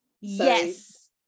yes